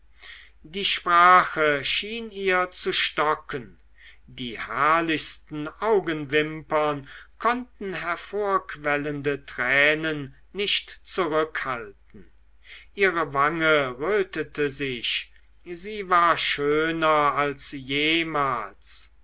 die sprache schien ihr zu stocken die herrlichsten augenwimpern konnten hervorquellende tränen nicht zurückhalten ihre wange rötete sich sie war schöner als jemals